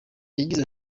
yagize